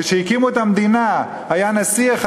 כשהקימו את המדינה היה נשיא אחד,